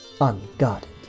unguarded